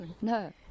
no